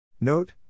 Note